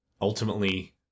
Ultimately